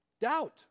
Doubt